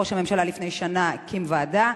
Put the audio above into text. ראש הממשלה לפני שנה הקים ועדה.